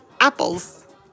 apples